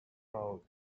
mode